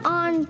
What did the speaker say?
on